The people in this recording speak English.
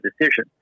decision